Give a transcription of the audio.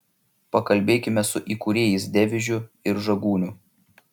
pakalbėkime su įkūrėjais devižiu ir žagūniu